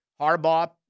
Harbaugh